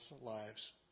lives